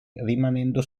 rimanendo